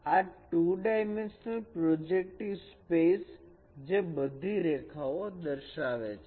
આ 2 dimensional projective space જે બધી રેખાઓ દર્શાવે છે